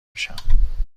میشم